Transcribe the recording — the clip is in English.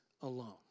alone